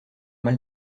mal